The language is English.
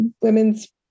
women's